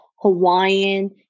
Hawaiian